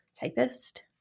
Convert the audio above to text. typist